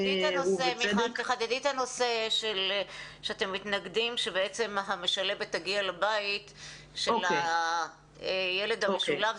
תחדדי את הנושא שאתם מתנגדים שבעצם המשלבת תגיע לבית של הילד המשולב,